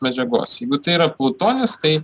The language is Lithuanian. medžiagos jeigu tai yra plutonis tai